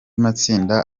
matsinda